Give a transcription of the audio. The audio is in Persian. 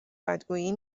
بدگویی